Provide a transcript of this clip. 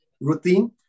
routine